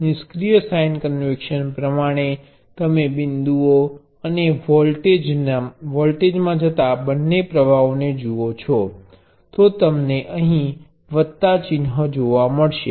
નિષ્ક્રિય sign convention પ્રમાણે તમે બિંદુઓ અને વોલ્ટેજમાં જતા બંને પ્રવાહોને જુઓ છો તો તમને અહીં વત્તા ચિહ્ન મળશે